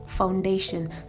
Foundation